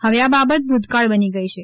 હવે આ બાબત ભૂતકાળ બની ગઈ છે